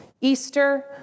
Easter